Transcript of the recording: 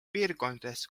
piirkondades